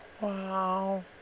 Wow